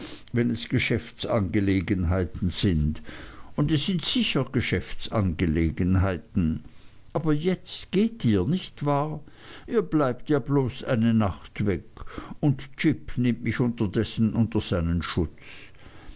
wenn es geschäftsangelegenheiten sind und es sind sicher geschäftsangelegenheiten aber jetzt geht ihr nicht wahr ihr bleibt ja bloß eine nacht weg und jip nimmt mich unterdessen in seinen schutz